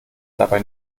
dabei